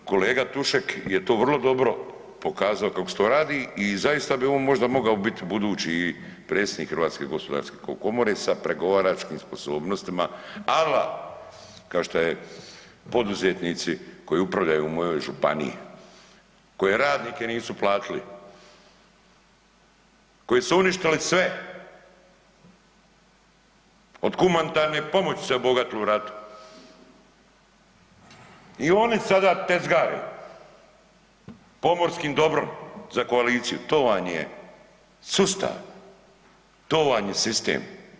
Jel kolega Tušek je to vrlo dobro pokazao kako se to radi i zaista bi on mogao biti budući predsjednik HGK sa pregovaračkim sposobnostima, ala kao što je poduzetnici koji upravljaju u mojoj županiji, koji radnike nisu platili, koji su uništili sve od humanitarne pomoći se obogatili u ratu i oni sada tezgare pomorskim dobrom za koaliciju, to vam je sustav, to vam je sistem.